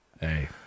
Hey